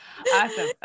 Awesome